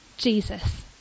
Jesus